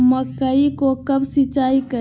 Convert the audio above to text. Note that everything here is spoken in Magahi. मकई को कब सिंचाई करे?